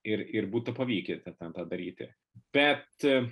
ir ir būtų pavykę ten tą daryti bet